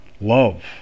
love